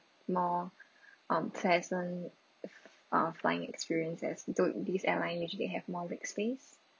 more um pleasant uh flying experience as do~ these airline usually have more big space